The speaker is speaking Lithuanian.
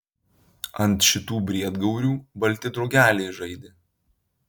ant šitų briedgaurių balti drugeliai žaidė